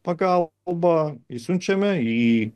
pagalba išsiunčiame į